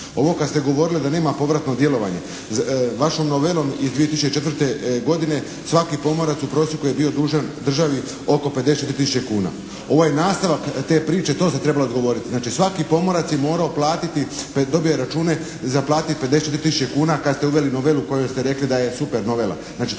Ovo kad ste govorili da nema povratno djelovanje vašom novelom iz 2004. godine svaki pomorac u prosjeku je bio dužan državi oko 54 tisuće kuna. Ovo je nastavak te priče, to ste trebali odgovoriti. Znači svaki pomorac je morao platiti tj. dobio je račune za platiti 54 tisuće kuna kad ste uveli novelu u kojoj ste rekli da je super novela.